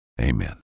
Amen